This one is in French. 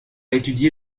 étudié